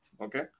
okay